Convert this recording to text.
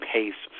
Pace